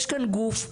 יש כאן גוף,